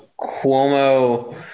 Cuomo